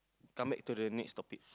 come back to the next topic